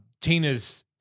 Tina's